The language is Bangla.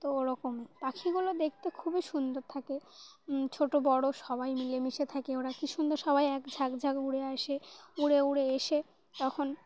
তো ওরকমই পাখিগুলো দেখতে খুবই সুন্দর থাকে ছোটো বড়ো সবাই মিলেমিশে থাকে ওরা কী সুন্দর সবাই এক ঝাঁক ঝাঁক উড়ে আসে উড়ে উড়ে এসে তখন